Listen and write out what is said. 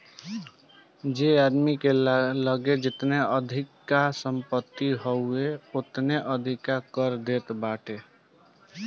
जे आदमी के लगे जेतना अधिका संपत्ति होई उ ओतने अधिका कर देत बाटे